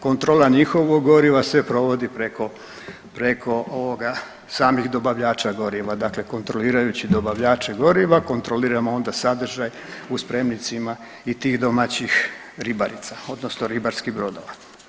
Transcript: Kontrola njihovog goriva se provodi preko samih dobavljača goriva, dakle kontrolirajući dobavljače goriva kontroliramo onda sadržaj u spremnicima i tih domaćih ribarica, odnosno ribarskih brodova.